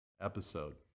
episode